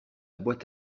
boîte